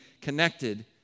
connected